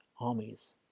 armies